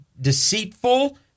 deceitful